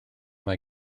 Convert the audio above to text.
mae